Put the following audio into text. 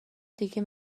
دیگه